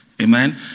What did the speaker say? Amen